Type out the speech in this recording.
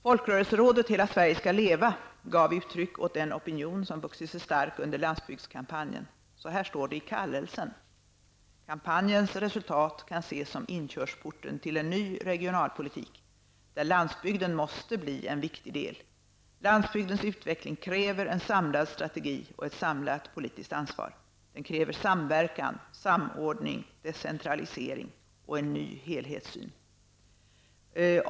Folkrörelserådet Hela Sverige skall leva gav uttryck åt den opinion som vuxit sig stark under landsbygdskampanjen. Så här står det i kallelsen: ''Kampanjens resultat kan ses som inkörsporten till en ny regionalpolitik, där landsbygden måste bli en viktig del. Landsbygdens utveckling kräver en samlad strategi och ett samlat politiskt ansvar. Den kräver samverkan, samordning, decentralisering och en ny helhetssyn.